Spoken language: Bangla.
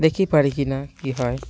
দেখি পারি কি না কী হয়